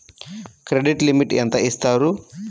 Credit limit ఎంత ఇస్తారు?